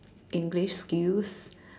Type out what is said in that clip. English skills